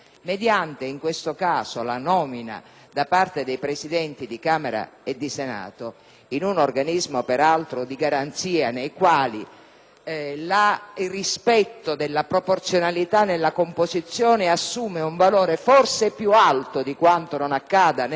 da parte dei Presidenti di Camera e di Senato - peraltro in un organismo di garanzia in cui il rispetto della proporzionalità nella composizione assume un valore forse più alto di quanto non accada nelle Commissioni permanenti